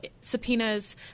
subpoenas